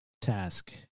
task